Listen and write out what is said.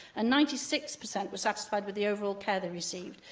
and ninety six per cent were satisfied with the overall care they received.